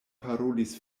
parolis